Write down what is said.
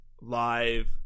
live